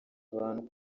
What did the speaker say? abantu